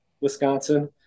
Wisconsin